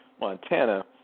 Montana